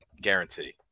guarantee